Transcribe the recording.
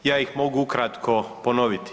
Ja ih mogu ukratko ponoviti.